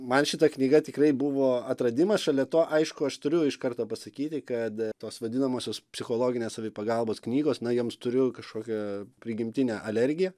man šita knyga tikrai buvo atradimas šalia to aišku aš turiu iš karto pasakyti kad tos vadinamosios psichologinės savipagalbos knygos na joms turiu kažkokią prigimtinę alergiją